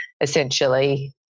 essentially